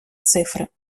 цифри